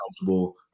comfortable